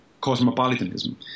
cosmopolitanism